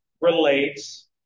relates